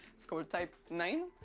it's called type nine.